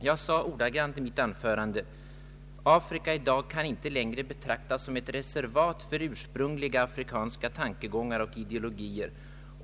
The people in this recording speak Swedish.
Jag sade ordagrant i mitt anförande: ”Afrika i dag kan inte längre betraktas som ett reservat för ursprungliga afrikanska tankegångar och ideologier.